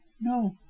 No